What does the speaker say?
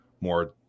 more